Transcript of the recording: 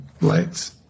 lights